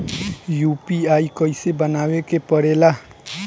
UPI कइसे बनावे के परेला?